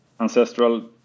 Ancestral